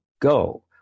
go